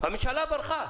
הממשלה ברחה.